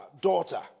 daughter